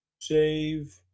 Save